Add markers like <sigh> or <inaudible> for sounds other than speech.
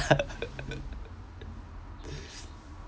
<laughs>